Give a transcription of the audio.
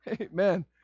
Amen